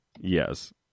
yes